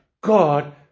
God